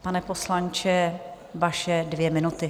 Pane poslanče, vaše dvě minuty.